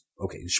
Okay